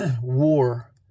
war